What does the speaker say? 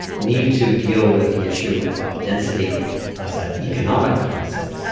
need to deal with the issue of density as an economic concept.